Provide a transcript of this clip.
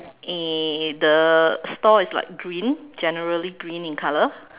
eh the store is like green generally green in colour